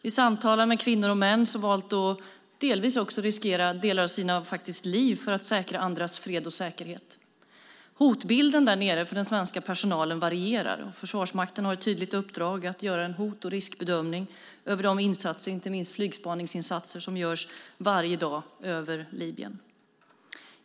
Vi samtalade med kvinnor och män som faktiskt valt att delvis också riskera sina liv för att säkra andras fred och säkerhet. Hotbilden där nere för den svenska personalen varierar. Försvarsmakten har ett tydligt uppdrag att göra en hot och riskbedömning över de insatser, inte minst flygspaningsinsatser som görs varje dag över Libyen.